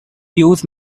use